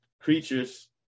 creatures